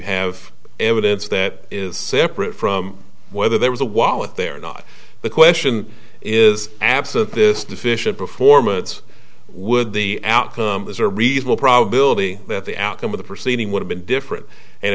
have evidence that is separate from whether there was a wallet there not the question is absent this deficient performance would the outcome is a reasonable probability that the outcome of the proceeding would have been different and